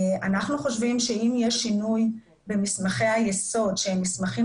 אנחנו חושבים שאם יש שינוי במסמכי היסוד שהם המסמכים